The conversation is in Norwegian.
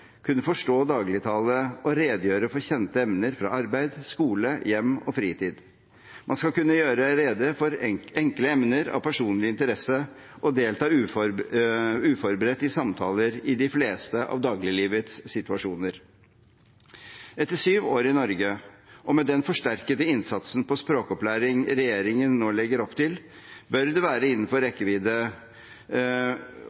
kunne forstå dagligtale og redegjøre for kjente emner fra arbeid, skole, hjem og fritid. Man skal kunne gjøre rede for enkle emner av personlig interesse og delta uforberedt i samtaler i de fleste av dagliglivets situasjoner. Etter syv år i Norge, og med den forsterkede innsatsen på språkopplæring regjeringen nå legger opp til, bør dette være innenfor